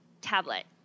tablet